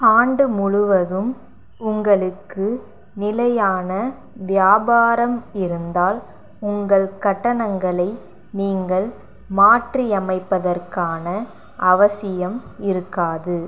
ஆண்டு முழுவதும் உங்களுக்கு நிலையான வியாபாரம் இருந்தால் உங்கள் கட்டணங்களை நீங்கள் மாற்றியமைப்பதற்கான அவசியம் இருக்காது